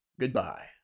Goodbye